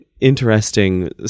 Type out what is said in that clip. interesting